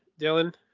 Dylan